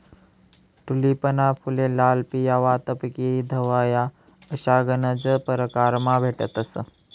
टूलिपना फुले लाल, पिवया, तपकिरी, धवया अशा गनज परकारमा भेटतंस